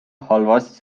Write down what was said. halvas